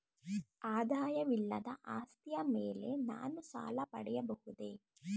ಆದಾಯವಿಲ್ಲದ ಆಸ್ತಿಯ ಮೇಲೆ ನಾನು ಸಾಲ ಪಡೆಯಬಹುದೇ?